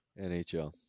NHL